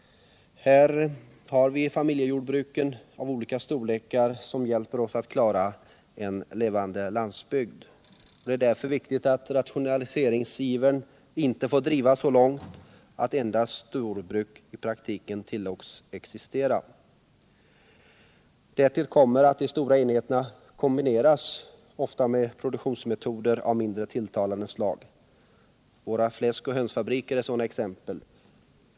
Vi har familjejordbruken av olika storlekar som hjälper oss att klara en levande landsbygd. Det är därför viktigt att rationaliseringsivern inte får drivas så långt att endast storbruk i praktiken tillåts existera. Därtill kommer att de stora enheterna ofta kombineras med produktionsmetoder av mindre tilltalande slag. Våra fläskoch hönsfabriker är sådana exempel.